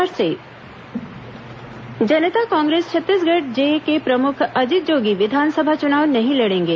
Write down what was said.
जोगी चुनाव जनता कांग्रेस छत्तीसगढ़ जे के प्रमुख अजीत जोगी विधानसभा चुनाव नहीं लडेंगे